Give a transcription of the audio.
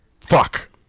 fuck